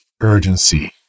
urgency